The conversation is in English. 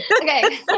Okay